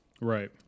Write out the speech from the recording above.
Right